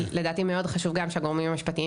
לדעתי מאוד חשוב גם שהגורמים המשפטיים